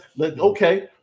Okay